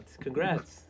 Congrats